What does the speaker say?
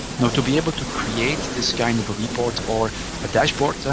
now to be able to create this kind of report or a dashboard, so